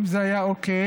אם זה היה אוקיי,